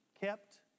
kept